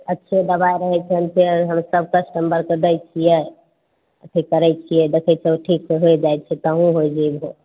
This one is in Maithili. अच्छे दबाइ रहै छनि से हमसब कस्टममरके दै छियै अथी करै छियै देखै छहु ठीक होइ जाइ छै तहुँ हो जैबहो